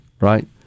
right